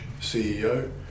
CEO